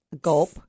Gulp